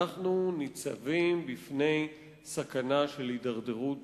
אנחנו ניצבים בפני סכנה של הידרדרות